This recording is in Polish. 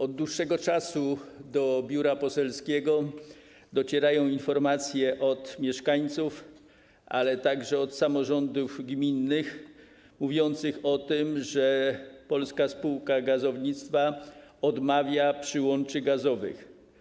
Od dłuższego czasu do biura poselskiego docierają informacje od mieszkańców, ale także od samorządów gminnych mówiących o tym, że Polska Spółka Gazownictwa odmawia przyłączy gazowych.